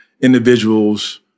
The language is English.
Individuals